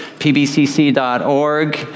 pbcc.org